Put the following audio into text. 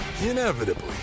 inevitably